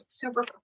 super